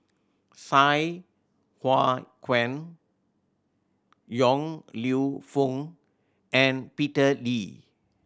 Sai Hua Kuan Yong Lew Foong and Peter Lee